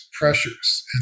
pressures